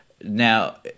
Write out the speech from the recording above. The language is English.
now